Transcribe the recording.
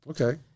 Okay